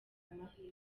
amahirwe